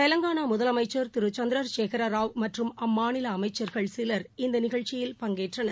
தெலங்கானாமுதலமைச்சா் திருசந்திரசேகரராவ் மற்றும் அம்மாநிலஅமைச்சா்கள் சிவா் இந்தநிகழ்ச்சியில் பங்கேற்றனர்